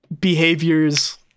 behaviors